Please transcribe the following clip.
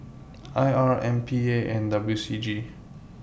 I R M P A and W C G